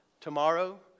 Tomorrow